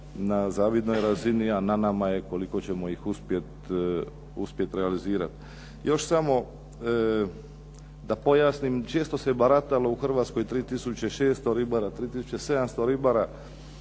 na zavidnoj razini, a na nama je koliko ćemo ih uspjeti realizirati. Još samo da pojasnim. Često se baratalo u Hrvatskoj 3 tisuće 600 ribara,